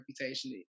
reputation